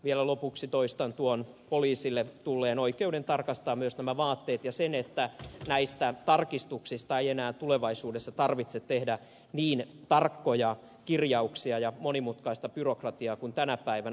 vielä lopuksi toistan tuon poliisille tulleen oikeuden tarkastaa myös vaatteet ja sen että näistä tarkistuksista ei enää tulevaisuudessa tarvitse tehdä niin tarkkoja kirjauksia ja monimutkaista byrokratiaa kuin tänä päivänä